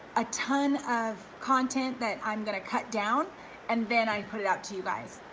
a ton of content that i'm gonna cut down and then i put it out to you guys.